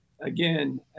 Again